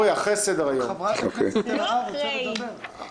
אבל חברת הכנסת קארין אלהרר רוצה לדבר.